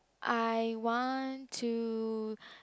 I want to